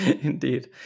indeed